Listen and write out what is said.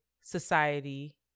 society